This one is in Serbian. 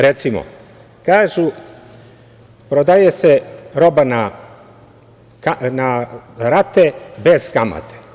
Recimo, kažu prodaje se roba na rate bez kamate.